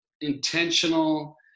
intentional